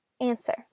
Answer